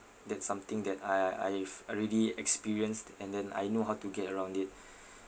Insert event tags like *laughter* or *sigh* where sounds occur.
that something that I I have already experienced and then I know how to get around it *breath*